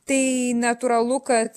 tai natūralu kad